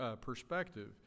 perspective